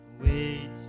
wait